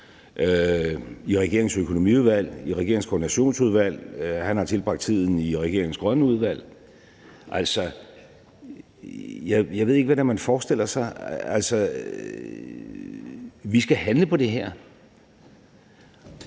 i regeringens økonomiudvalg, i regeringens koordinationsudvalg. Han har tilbragt tiden i regeringens grønne udvalg. Altså, jeg ved ikke, hvad det er, man forestiller sig. Vi skal handle på det her,